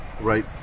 right